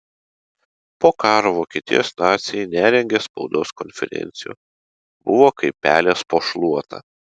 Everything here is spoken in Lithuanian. po karo vokietijos naciai nerengė spaudos konferencijų buvo kaip pelės po šluota